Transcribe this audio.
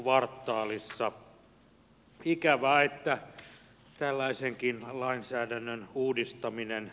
ikävää että tällaisenkin lainsäädännön uudistaminen näin venyy